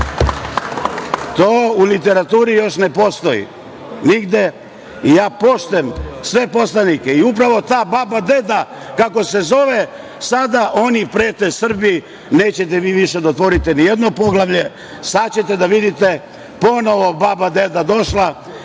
u literaturi još ne postoji nigde i ja poštujem sve poslanike i upravo ta baba, deda, kako se zove sada oni prete Srbiji - nećete vi više da otvorite nijedno poglavlje, sada ćete da vidite ponovo baba, deda, došla